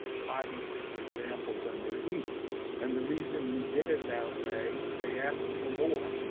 five or six examples under each and the reason we did it that way, they ask for more,